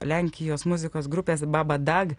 lenkijos muzikos grupės babadag